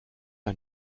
ein